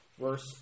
verse